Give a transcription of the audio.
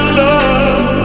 love